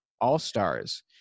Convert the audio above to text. all-stars